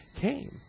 came